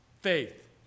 faith